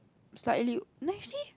slightly Nacy